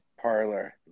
Parlor